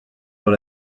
dans